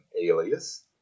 Alias